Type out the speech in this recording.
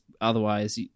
otherwise